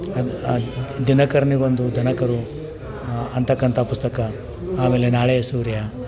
ಅದು ದಿನಕರನಿಗೊಂದು ದನಕರು ಅನ್ತಕ್ಕಂಥ ಪುಸ್ತಕ ಆಮೇಲೆ ನಾಳೆಯ ಸೂರ್ಯ